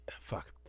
Fuck